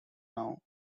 now